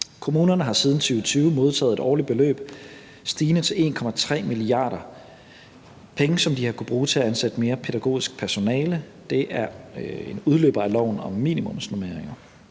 Kommunerne har siden 2020 modtaget et årligt beløb stigende til 1,3 mia. kr., og det er penge, som de har kunnet bruge til at ansætte mere pædagogisk personale. Det er en udløber af loven om minimumsnormeringer,